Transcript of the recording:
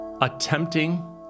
attempting